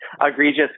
egregious